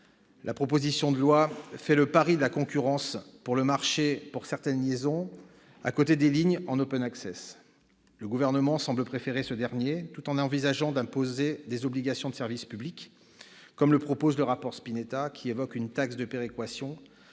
la proposition de loi font le pari de la concurrence pour le marché pour certaines liaisons à côté des lignes en. Le Gouvernement semble préférer ce dernier, tout en envisageant d'imposer des obligations de service public, comme le propose le rapport Spinetta, qui évoque une taxe de péréquation